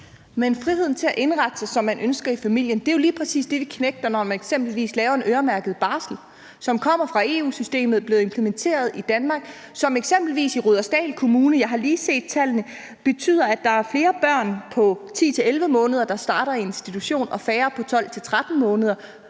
Men friheden til at indrette sig, som man ønsker i familien, er jo lige præcis det, man knægter, når man eksempelvis laver en øremærket barsel, som kommer fra EU-systemet, som er blevet implementeret i Danmark, og som eksempelvis i Rudersdal Kommune betyder – jeg har lige set tallene – at der er flere børn på 10-11 måneder og færre på 12-13 måneder,